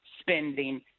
spending